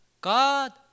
God